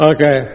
Okay